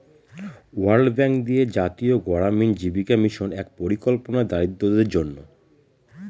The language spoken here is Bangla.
ওয়ার্ল্ড ব্যাঙ্ক দিয়ে জাতীয় গড়ামিন জীবিকা মিশন এক পরিকল্পনা দরিদ্রদের জন্য